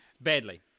Badly